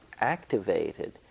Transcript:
activated